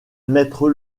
maître